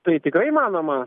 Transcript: tai tikrai įmanoma